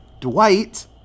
Dwight